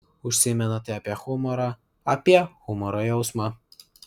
užsimenate apie humorą apie humoro jausmą